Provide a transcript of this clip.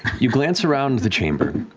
you glance around the chamber.